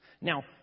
Now